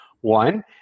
one